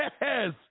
Yes